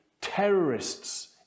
terrorists